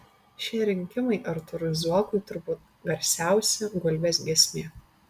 šie rinkimai artūrui zuokui turbūt garsiausia gulbės giesmė